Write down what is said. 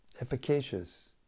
efficacious